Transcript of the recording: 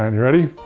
um you ready?